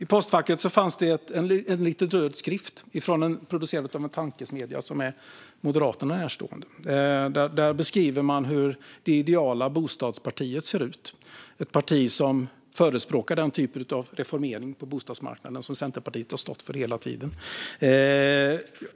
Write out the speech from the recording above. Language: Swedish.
Fru talman! I postfacket fanns en liten röd skrift som producerats av en tankesmedja som är Moderaterna närstående. I den beskriver man hur det ideala bostadspartiet ser ut. Det är ett parti som förespråkar den typ av reformering på bostadsmarknaden som Centerpartiet har stått för hela tiden.